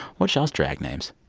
what's y'alls drag names?